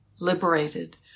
liberated